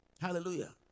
Hallelujah